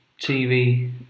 TV